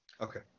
Okay